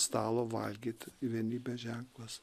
stalo valgyt vienybės ženklas